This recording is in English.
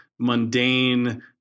mundane